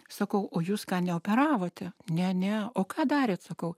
sakau o jūs ką neoperavote ne ne o ką darėt sakau